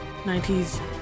90s